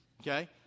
Okay